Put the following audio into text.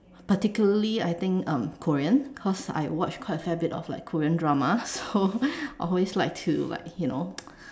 particularly I think um Korean cause I watch quite a fair bit of like Korean drama so always like to like you know